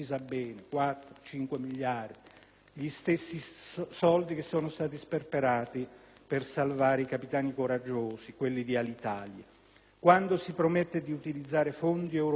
(gli stessi soldi che sono stati sperperati per salvare i capitani coraggiosi, quelli di Alitalia); quando si promette di utilizzare fondi europei già assegnati alle Regioni,